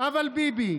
אבל ביבי.